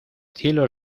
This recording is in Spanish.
cielo